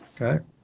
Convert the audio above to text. Okay